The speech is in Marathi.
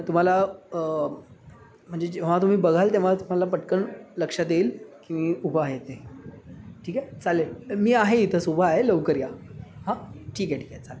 तुम्हाला म्हणजे जेव्हा तुम्ही बघाल तेव्हा तुम्हाला पटकन लक्षात येईल की मी उभं आहे ते ठीक आहे चालेल मी आहे इथंच उभा आहे लवकर या हा ठीक ठीक आहे चालेल